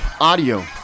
audio